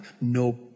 no